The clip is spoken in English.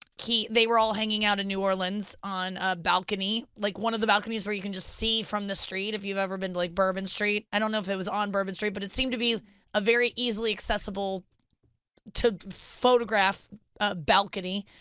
they were all hanging out in new orleans on a balcony, like one of the balconies where you can just see from the street, if you've ever been to like bourbon street, i don't know if it was on bourbon street but it seemed to be a very easily accessible to photograph balcony.